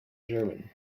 german